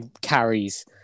carries